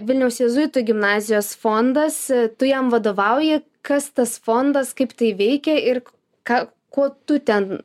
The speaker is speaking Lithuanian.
vilniaus jėzuitų gimnazijos fondas tu jam vadovauji kas tas fondas kaip tai veikia ir ką kuo tu ten